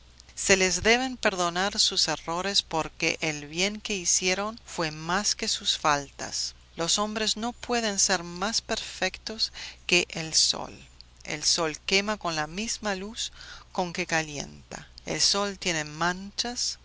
se les deben perdonar sus errores porque el bien que hicieron fue más que sus faltas los hombres no pueden ser más perfectos que el sol el sol quema con la misma luz con que calienta el sol tiene manchas